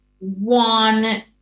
One